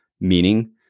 meaning